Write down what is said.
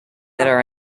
are